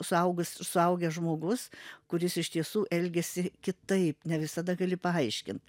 suaugus suaugęs žmogus kuris iš tiesų elgiasi kitaip ne visada gali paaiškint